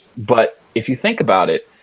but, if you think about it,